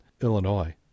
Illinois